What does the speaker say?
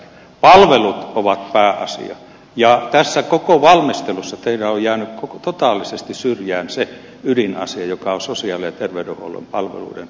palvelut ovat pääasia ja tässä koko valmistelussa teillä on jäänyt totaalisesti syrjään se ydinasia joka on sosiaali ja terveydenhuollon palveluiden organisointi